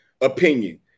opinion